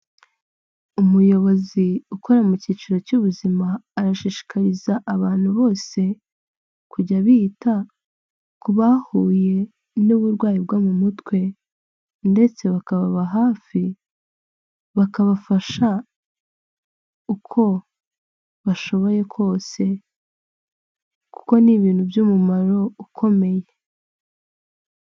Umuyobozi ukora mu cyiciro cy'ubuzima, arashishikariza abantu bose kujya bita ku bahuye n'uburwayi bwo mu mutwe. Ndetse bakababa hafi bakabafasha uko bashoboye kose, kuko ni ibintu by'umumaro ukomeye.